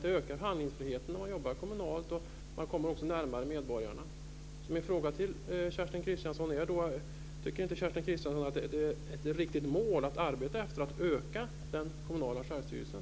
Det ökar handlingsfriheten om man jobbar kommunalt, och man kommer också närmare medborgarna. Min fråga till Kerstin Kristiansson Karlstedt är då: Tycker Kerstin Kristiansson Karlstedt inte att det är ett riktigt mål att arbeta för att öka den kommunala självstyrelsen?